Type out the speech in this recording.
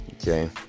Okay